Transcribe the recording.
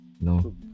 No